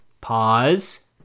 Pause